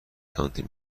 سانتی